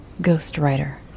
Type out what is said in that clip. ghostwriter